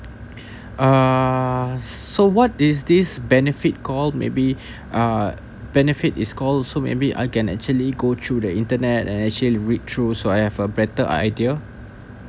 uh so what is this benefit call maybe uh benefit is call also maybe I can actually go through the internet and actually read through so I have a better idea